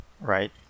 right